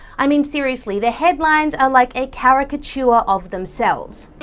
i mean, seriously, the headlines are like a caricature of themselves